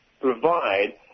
provide